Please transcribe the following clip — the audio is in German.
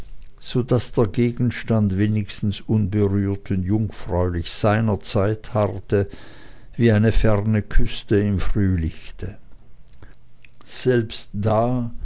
so daß der gegenstand wenigstens unberührt und jungfräulich seiner zeit harrte wie eine ferne küste im frühlichte selbst da